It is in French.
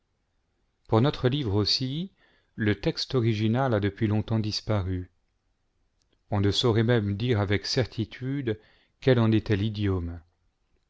pour notre livre aussi le texte original a depuis longtemps disparu on ne saurait même dire avec certitude quel en était